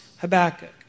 Habakkuk